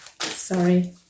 Sorry